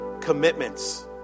commitments